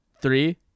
Three